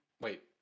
Wait